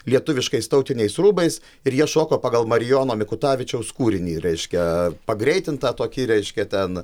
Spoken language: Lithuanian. lietuviškais tautiniais rūbais ir jie šoko pagal marijono mikutavičiaus kūrinį reiškia pagreitintą tokį reiškia ten